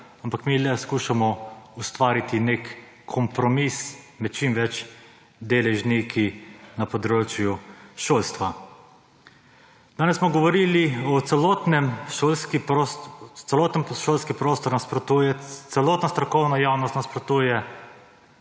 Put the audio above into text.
ampak mi le skušamo ustvariti nek kompromis v čim več deležnikih na področju šolstva. Danes smo govorili o celotnem, celoten šolski prostor nasprotuje, celotna strokovna javnost nasprotuje,